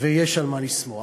ויש על מה לשמוח,